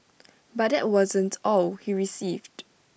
but that wasn't all he received